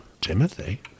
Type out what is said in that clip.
Timothy